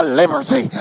liberty